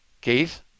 Keith